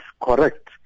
correct